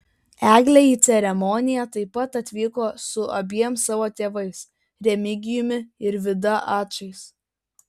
eglė į ceremoniją taip pat atvyko su abiem savo tėvais remigijumi ir vida ačais